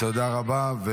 בעזרת השם,